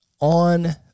on